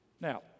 Now